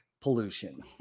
pollution